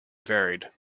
varied